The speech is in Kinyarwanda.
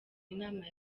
inama